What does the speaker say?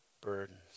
burdens